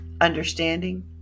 understanding